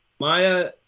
maya